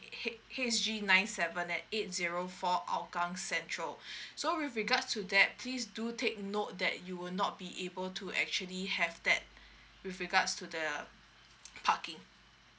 H H G nine seven at eight zero four hougang central so with regards to that please do take note that you will not be able to actually have that with regards to the parking